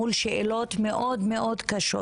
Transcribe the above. מול שאלות מאוד מאוד קשות.